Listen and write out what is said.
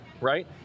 right